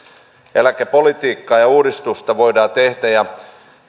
eläkepolitiikkaa ja uudistusta voidaan tehdä ja